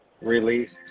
Released